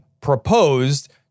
proposed